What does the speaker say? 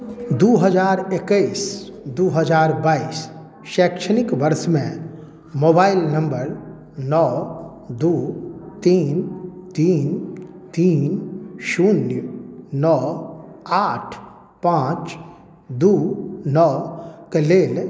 दुइ हजार इकैस दुइ हजार बाइस शैक्षणिक वर्षमे मोबाइल नम्बर नओ दुइ तीन तीन तीन शून्य नओ आठ पाँच दुइ नओके लेल